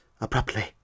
abruptly